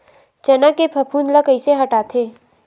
चना के फफूंद ल कइसे हटाथे?